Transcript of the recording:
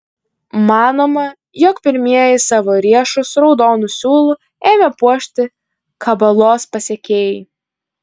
manoma jog pirmieji savo riešus raudonu siūlu ėmė puošti kabalos pasekėjai